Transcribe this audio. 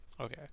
okay